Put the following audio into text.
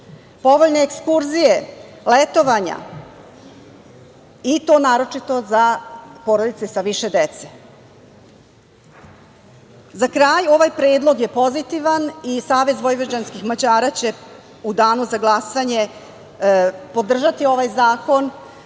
povoljne ekskurzije, letovanja, i to naročito za porodice sa više dece.Za kraj, ovaj predlog je pozitivan i Savez vojvođanskih Mađara će u danu za glasanje podržati ovaj zakon,